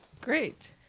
Great